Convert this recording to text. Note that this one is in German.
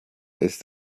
ist